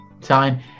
time